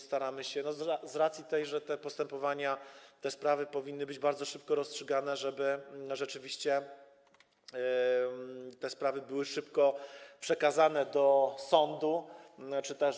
Staramy się z tej racji, że te postępowania, te sprawy powinny być bardzo szybko rozstrzygane, żeby rzeczywiście te sprawy były szybko przekazane do sądu czy też.